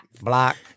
Block